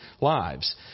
lives